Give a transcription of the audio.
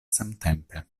samtempe